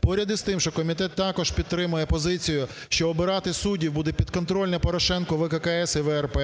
Поряд із тим, що комітет також підтримує позицію, що обирати суддів будуть підконтрольні Порошенку ВККС і ВРП,